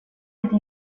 inte